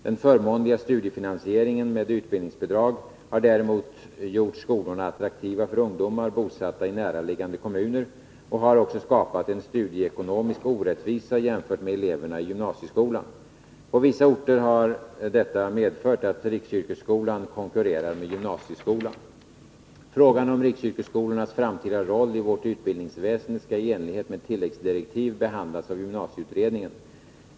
Den förmånliga studiefinansieringen med utbildningsbidrag har däremot gjort skolorna attraktiva för ungdomar bosatta i näraliggande kommuner och har också skapat en studieekonomisk orättvisa jämfört med eleverna i gymnasieskolan. På vissa orter har detta medfört att riksyrkesskolan konkurrerar med gymnasieskolan. Frågan om riksyrkesskolornas framtida roll i vårt utbildningsväsende skall i enlighet med tilläggsdirektiv behandlas av gymnasieutredningen.